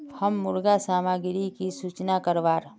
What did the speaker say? हम मुर्गा सामग्री की सूचना करवार?